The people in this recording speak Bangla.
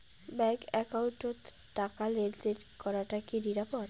ব্যাংক একাউন্টত টাকা লেনদেন করাটা কি নিরাপদ?